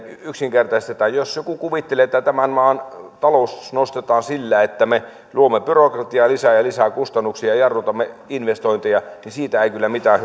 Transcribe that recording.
yksinkertaistetaan jos joku kuvittelee että tämän maan talous nostetaan sillä että me luomme byrokratiaa lisää ja lisää kustannuksia ja jarrutamme investointeja niin siitä ei kyllä mitään